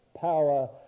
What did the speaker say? power